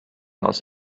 aus